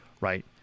right